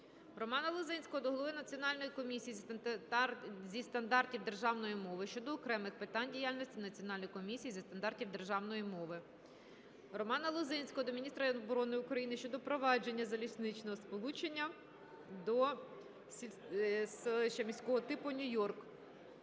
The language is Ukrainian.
Романа Лозинського до голови Національної комісії зі стандартів державної мови щодо окремих питань діяльності Національної комісії зі стандартів державної мови. Романа Лозинського до міністра оборони України щодо продовження залізничного сполучення до селища міського типу Нью-Йорк.